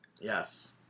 Yes